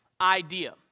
idea